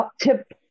tip